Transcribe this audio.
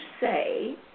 say